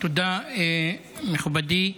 תודה, מכובדי.